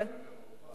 יש מעט מטר מרובע.